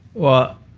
well,